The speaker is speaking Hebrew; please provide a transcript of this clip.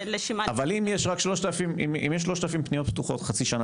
אנחנו חייבים,